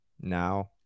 now